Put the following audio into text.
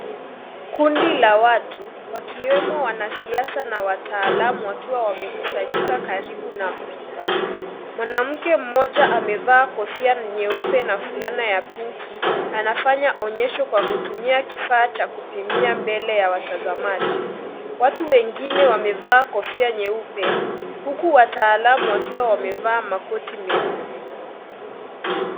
Kundi la watu wakiwemo wanasiasa na wataalamu wakiwa wamekusanyika karibu na pipa, mwanamke mmoja amevaa kofia nyeupe na fulana ya pinki anafanya onyesho kwa kutumia kifaa cha kupimia mbele ya watazamaji, watu wengine wamevalia kofia nyeupe huku wataalamu wakiwa wamevaa makoti meupe.